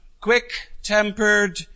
quick-tempered